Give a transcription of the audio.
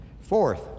Fourth